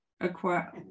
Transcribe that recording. acquire